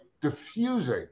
diffusing